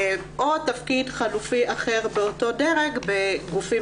או תפקיד חלופי אחר באותו דרג בגופים